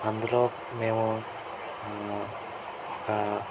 అందులో మేము ఒకా